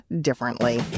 differently